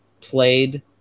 played